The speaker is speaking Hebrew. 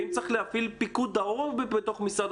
ואם צריך להפעיל את פיקוד העורף בתוך משרד